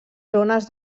zones